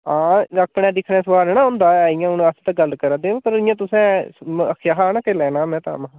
हां अपने दिक्खने सुआल नी ना होंदा ऐ इ'यां हुन अस ते गल्ल करै दे पर इ'यां तुसें आखेआ की लैना तां में हा